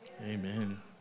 Amen